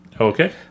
Okay